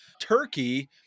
Turkey